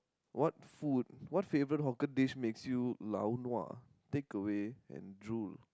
what food what favourite hawker dish makes you lau nua takeaway and drool